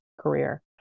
career